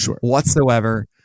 whatsoever